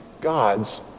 God's